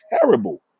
terrible